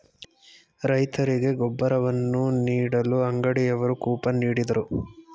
ರೈತರಿಗೆ ಗೊಬ್ಬರವನ್ನು ನೀಡಲು ಅಂಗಡಿಯವರು ಕೂಪನ್ ನೀಡಿದರು